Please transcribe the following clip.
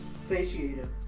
Satiated